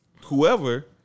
whoever